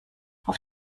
auf